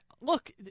look